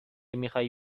میخای